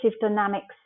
dynamics